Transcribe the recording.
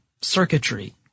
circuitry